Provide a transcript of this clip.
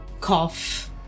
cough